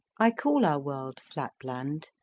i call our world flatland,